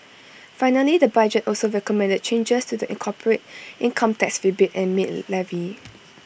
finally the budget also recommended changes to the corporate income tax rebate and maid levy